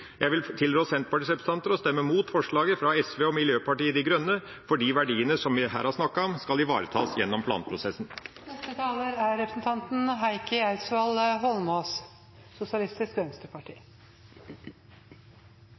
Jeg vil tilrå Senterpartiets representanter å stemme imot forslaget fra SV og Miljøpartiet De Grønne, for de verdiene som vi her har snakket om, skal ivaretas gjennom planprosessen. Representanten Heikki Eidsvoll Holmås